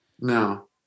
No